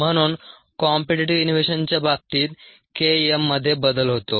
म्हणून कॉम्पीटीटीव्ह इनहिबिशनच्या बाबतीत K m मध्ये बदल होतो